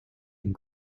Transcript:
and